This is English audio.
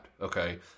okay